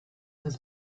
has